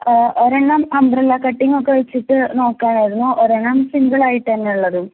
ഒരെണ്ണം അംബ്രല്ല കട്ടിംഗൊക്കെ വെച്ചിട്ട് നോക്കാനായിരുന്നു ഒരെണ്ണം സിമ്പിളായിട്ടെന്നുള്ളതും